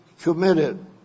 committed